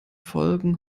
folgen